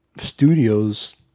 studios